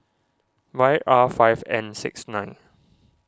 Y R five N six nine